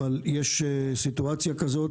אבל יש סיטואציה כזאת.